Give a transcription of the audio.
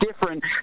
different